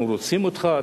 אנחנו רוצים אותך,